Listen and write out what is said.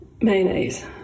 mayonnaise